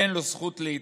אין לו זכות להתעכב.